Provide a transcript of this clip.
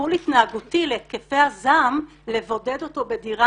וכטיפול התנהגותי להתקפי הזעם לבודד אותו בדירה